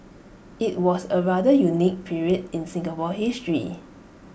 IT was A rather unique period in Singapore's history